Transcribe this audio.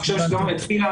עכשיו יש גם את ההסברה,